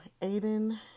Aiden